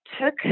took